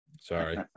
Sorry